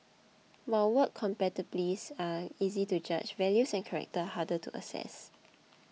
while work capabilities are easy to judge values and character harder to assess